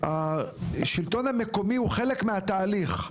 השלטון המקומי הוא חלק מהתהליך.